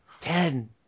Ten